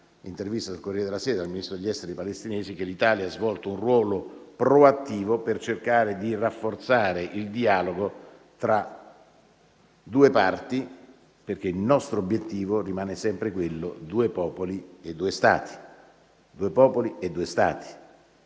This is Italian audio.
intervista sul «Corriere della Sera» dal Ministro degli esteri palestinese, l'Italia ha svolto un ruolo proattivo per cercare di rafforzare il dialogo tra le due parti, perché il nostro obiettivo rimane sempre quello dei due popoli e due Stati.